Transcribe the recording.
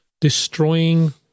destroying